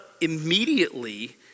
immediately